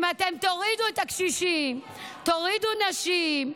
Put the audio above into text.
ואם אתם תורידו את הקשישים, תורידו נשים,